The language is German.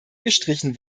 gestrichen